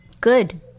Good